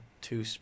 Two